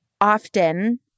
often